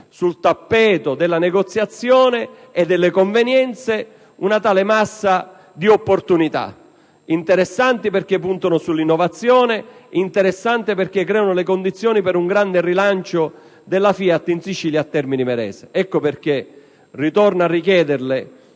sul tappeto della negoziazione e delle convenienze una tale massa di opportunità, interessanti perché puntano sull'innovazione e perché creano le condizioni per un grande rilancio della FIAT in Sicilia, a Termini Imerese. Ecco perché torno a chiederle